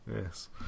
yes